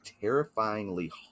terrifyingly